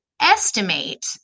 estimate